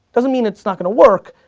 doesn't mean it's not going to work,